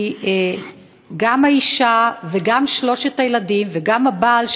כי גם האישה וגם שלושת הילדים וגם הבעל,